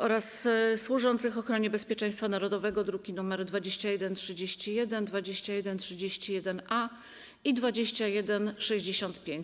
oraz służących ochronie bezpieczeństwa narodowego (druki nr 2131, 2131-A i 2165)